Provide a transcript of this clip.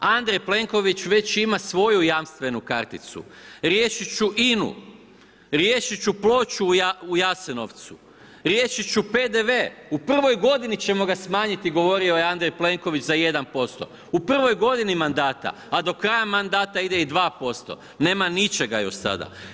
Andrej Plenković već ima svoju jamstvenu karticu, riješit ću INA-u, riješit ću ploču u Jasenovcu, riješit ću PDV u prvoj godini ćemo ga smanjiti govorio je Andrej Plenković za 1% u prvoj godini mandata, a do kraja mandata ide i 2%, nema ničega još sada.